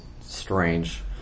strange